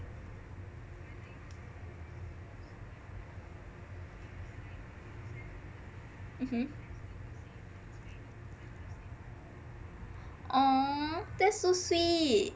mmhmm !aww! that's so sweet